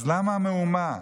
אז למה המהומה?